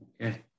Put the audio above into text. Okay